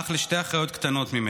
אח לשתי אחיות קטנות ממנו.